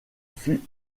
fut